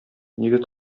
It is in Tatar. егет